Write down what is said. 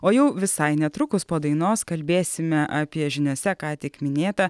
o jau visai netrukus po dainos kalbėsime apie žiniose ką tik minėtą